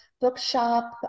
Bookshop